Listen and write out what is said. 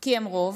כי הם רוב.